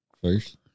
First